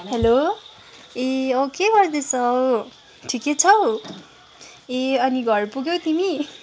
hello ए औ के गर्दैछौ ठिकै छौ ए अनि घर पुग्यौ तिमी